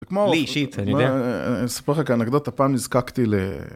לי אישית, אני אספר לך כאן אגדות, הפעם נזקקתי.